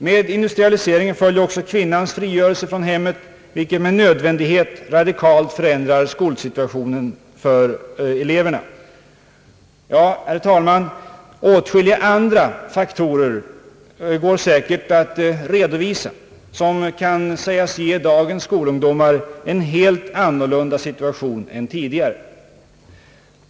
Med industrialiseringen följer också kvinnans frigörelse från hemmet, vilket med nödvändighet radikalt förändrar skolsituationen för eleverna. Herr talman! Åtskilliga andra faktorer går säkert att redovisa, som kan sägas ge dagens skolungdomar en helt annorlunda situation än tidigare.